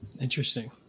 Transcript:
Interesting